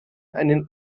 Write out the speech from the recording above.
einen